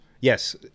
yes